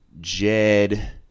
Jed